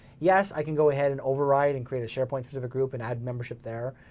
yes, i can go ahead and override and create a sharepoint specific group and add membership there.